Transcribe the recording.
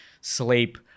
sleep